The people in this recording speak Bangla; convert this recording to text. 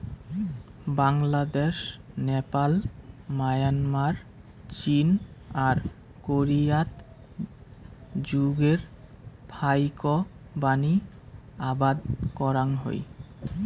বাংলাদ্যাশ, নেপাল, মায়ানমার, চীন আর কোরিয়াত মুগের ফাইকবানী আবাদ করাং হই